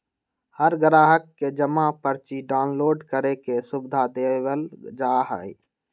हर ग्राहक के जमा पर्ची डाउनलोड करे के सुविधा देवल जा हई